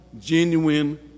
genuine